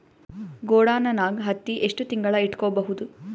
ಗೊಡಾನ ನಾಗ್ ಹತ್ತಿ ಎಷ್ಟು ತಿಂಗಳ ಇಟ್ಕೊ ಬಹುದು?